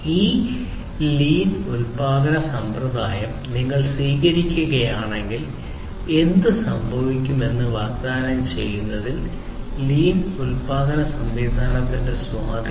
ഈ ലീൻ ഉൽപാദന സമ്പ്രദായം നിങ്ങൾ സ്വീകരിക്കുകയാണെങ്കിൽ എന്ത് സംഭവിക്കുമെന്ന് വാഗ്ദാനം ചെയ്യുന്നതിൽ ലീൻ ഉൽപാദന സംവിധാനത്തിന്റെ സ്വാധീനം